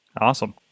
Awesome